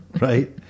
right